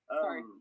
Sorry